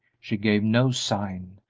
she gave no sign,